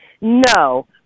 No